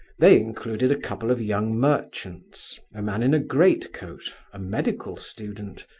they included a couple of young merchants, a man in a great-coat, a medical student,